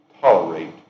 tolerate